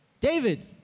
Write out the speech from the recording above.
David